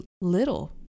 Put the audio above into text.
little